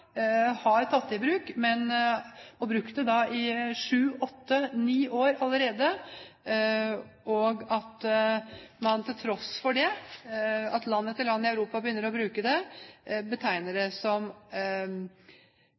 har tatt det i bruk, og brukt det i syv, åtte, ni år allerede, og til tross for det – at land etter land i Europa begynner å bruke det – betegner